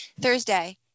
Thursday